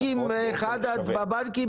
ביטון,